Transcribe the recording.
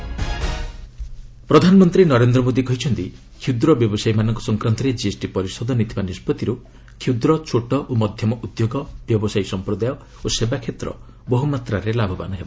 PM GST ପ୍ରଧାନମନ୍ତ୍ରୀ ନରେନ୍ଦ୍ର ମୋଦି କହିଛନ୍ତି କ୍ଷୁଦ୍ର ବ୍ୟବସାୟୀ ମାନଙ୍କ ସଂକ୍ରାନ୍ତରେ କିଏସ୍ଟି ପରିଷଦ ନେଇଥିବା ନିଷ୍ପଭିରୁ କ୍ଷୁଦ୍ର ଛୋଟ ଓ ମଧ୍ୟମ ଉଦ୍ୟୋଗ ବ୍ୟବସାୟୀ ସଂପ୍ରଦାୟ ଓ ସେବା କ୍ଷେତ୍ର ବହୁମାତ୍ରାରେ ଲାଭବାନ ହେବ